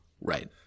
Right